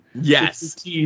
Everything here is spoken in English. Yes